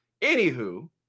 Anywho